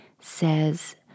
says